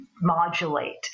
modulate